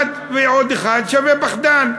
אחד ועוד אחד שווה פחדן.